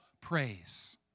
praise